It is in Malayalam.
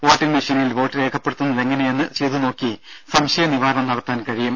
വോട്ടിംങ്ങ് മെഷീനിൽ വോട്ട് രേഖപ്പെടുത്തുന്നതെങ്ങനെയെന്ന് ചെയ്തുനോക്കി സംശയ നിവാരണം നടത്താൻ കഴിയും